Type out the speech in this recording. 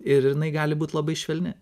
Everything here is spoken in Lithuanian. ir jinai gali būt labai švelni